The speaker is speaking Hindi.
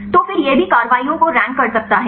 तो फिर यह भी कार्यवाहियों को रैंक कर सकता है